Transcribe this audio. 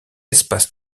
espace